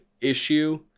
issue